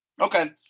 Okay